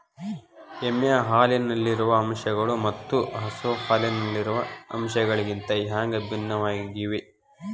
ಎಮ್ಮೆ ಹಾಲಿನಲ್ಲಿರುವ ಅಂಶಗಳು ಮತ್ತ ಹಸು ಹಾಲಿನಲ್ಲಿರುವ ಅಂಶಗಳಿಗಿಂತ ಹ್ಯಾಂಗ ಭಿನ್ನವಾಗಿವೆ?